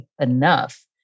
enough